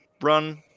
run